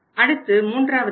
அடுத்து மூன்றாவது நிலை